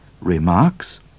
remarks